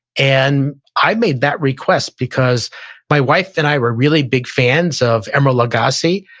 and i made that request because my wife and i were really big fans of emeril lagasse,